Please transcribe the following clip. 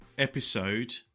episode